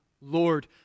Lord